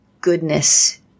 goodness